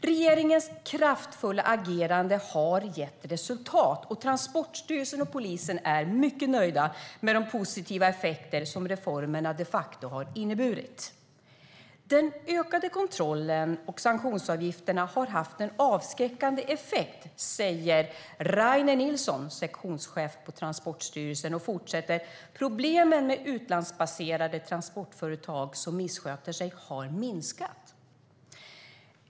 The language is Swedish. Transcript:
Regeringens kraftfulla agerande har gett resultat, och Transportstyrelsen och polisen är mycket nöjda med de positiva effekter som reformerna de facto har inneburit. "Den ökade kontrollen och sanktionsavgifterna har haft en avskräckande effekt", säger Rainer Nilsson, sektionschef på Transportstyrelsen. "Problemen med utlandsbaserade transportföretag som missköter sig har minskat."